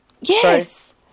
Yes